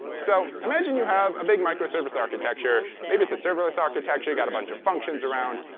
so imagine you have a big micros service architecture. maybe it's a serverless architecture. you got a bunch of functions around.